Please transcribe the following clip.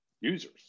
Users